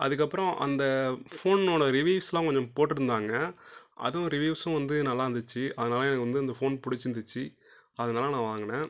அதுக்கப்புறம் அந்த ஃபோனோடய ரிவியூஸ்லாம் கொஞ்சம் போட்டுருந்தாங்க அதுவும் ரிவியூஸ்ஸும் வந்து நல்லாருந்துச்சு அதனால் எனக்கு வந்து இந்த ஃபோன் பிடிச்சிருந்துச்சி அதனால நான் வாங்கினேன்